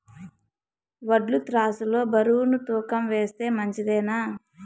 వడ్లు త్రాసు లో బరువును తూకం వేస్తే మంచిదేనా?